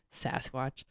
Sasquatch